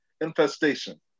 infestation